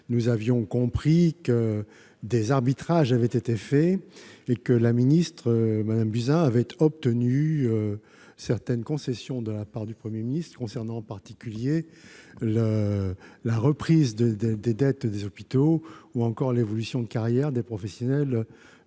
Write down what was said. nationale, que des arbitrages avaient été rendus et que la ministre, Mme Buzyn, avait obtenu certaines concessions de la part du Premier ministre concernant, en particulier, la reprise de la dette des hôpitaux ou l'évolution de carrière des professionnels